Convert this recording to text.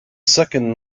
second